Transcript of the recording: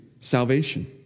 salvation